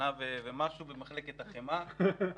במחלקת החמאה.